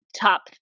top